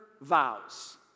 vows